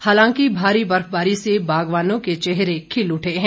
हालांकि भारी बर्फबारी से बागवानों के चेहरे खिल उठे हैं